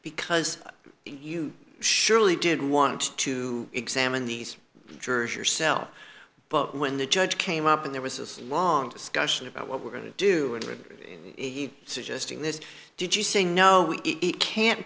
because you surely didn't want to examine these jurors yourself but when the judge came up and there was this long discussion about what we're going to do and reveal suggesting this did you say no it can't